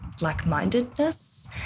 like-mindedness